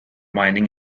mining